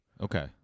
Okay